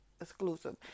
exclusive